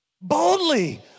boldly